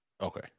Okay